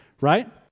right